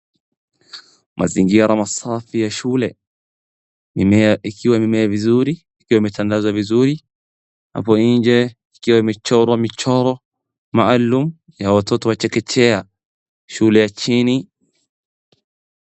Mazingira ya safi ya shule, ikiwa imemea vizuri, ikiwa imetandazwa vizuri, hapo nje ikiwa imechorwa michoro maalum ya watoto wa chekechea shule ya chini.